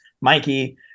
Mikey